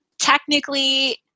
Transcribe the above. Technically